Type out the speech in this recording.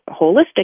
holistic